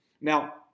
Now